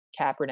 kaepernick